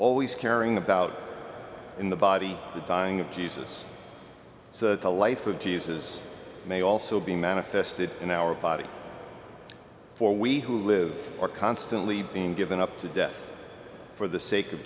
always caring about in the body the dying of jesus so that the life of jesus may also be manifested in our body for we who live are constantly being given up to death for the sake of